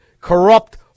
corrupt